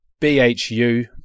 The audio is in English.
BHU